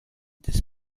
des